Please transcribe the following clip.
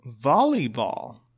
Volleyball